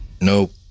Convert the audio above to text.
Nope